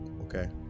Okay